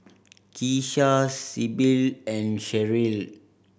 Keesha Sybil and Sherryl